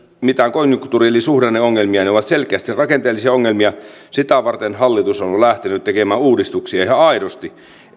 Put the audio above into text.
mitään konjunktuuri eli suhdanneongelmia ne ovat selkeästi rakenteellisia ongelmia sitä varten hallitus on lähtenyt tekemään uudistuksia ihan aidosti